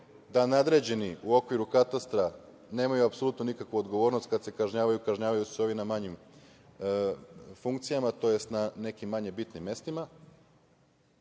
da nadređeni u okviru katastra nemaju apsolutno nikakvu odgovornost. Kad se kažnjavaju, kažnjavaju se ovi na manjim funkcijama, tj. na nekim manje bitnim mestima,